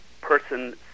person